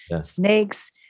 snakes